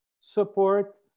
support